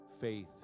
faith